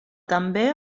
també